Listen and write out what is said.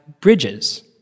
bridges